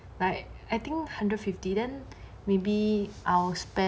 like I think hundred fifty then maybe I'll spend